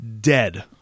dead